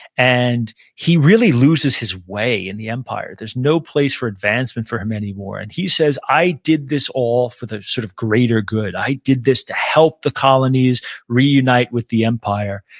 and he really loses his way in the empire. there's no place for advancement for him anymore, and he says, i did this all for the sort of greater good. i did this to help the colonies reunite with the empire,